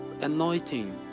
anointing